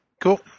Cool